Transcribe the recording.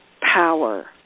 Power